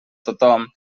tothom